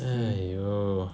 !aiyo!